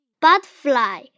Butterfly